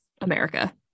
America